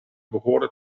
behoren